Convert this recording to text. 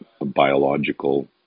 biological